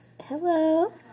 Hello